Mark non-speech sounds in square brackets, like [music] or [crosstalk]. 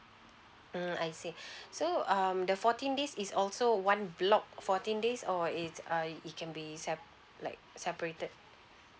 mm I see [breath] so um the fourteen days is also one block fourteen days or it's uh it can be sep~ like separated